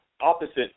opposite